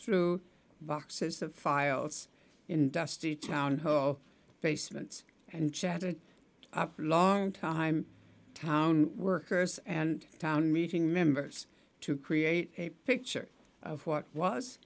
through boxes of files in dusty town hall basements and chatted up long time town workers and town meeting members to create a picture of what was